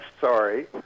sorry